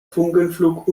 funkenflug